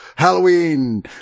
Halloween